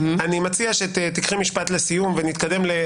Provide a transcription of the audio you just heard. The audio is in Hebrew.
אני מציע שתקחי משפט לסיום ונתקדם.